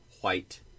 white